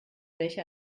welche